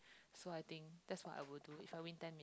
so I think that's what I would do if I win ten million